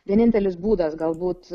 vienintelis būdas galbūt